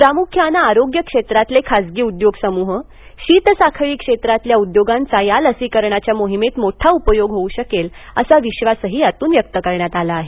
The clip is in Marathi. प्रामुख्यानं आरोग्य क्षेत्रातले खासगी उद्योग समूह शीत साखळी क्षेत्रातील उद्योगांचा या लसीकरणाच्या मोहिमेत मोठा उपयोग होऊ शकेल असा विश्वासही यातून व्यक्त करण्यात आला आहे